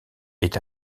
est